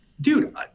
dude